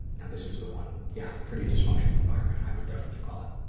now, this was the one, yeah, pretty dysfunctional environment, i would definitely call it.